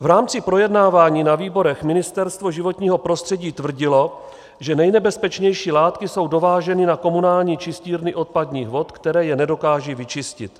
V rámci projednávání na výborech Ministerstvo životního prostředí tvrdilo, že nejnebezpečnější látky jsou dováženy na komunální čistírny odpadních vod, které je nedokážou vyčistit.